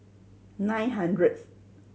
nine hundredth